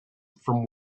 from